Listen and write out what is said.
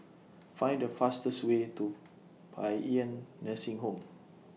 Find The fastest Way to Paean Nursing Home